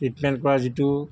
treatment কৰা যিটো